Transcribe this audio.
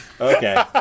Okay